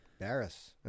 barris